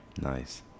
Nice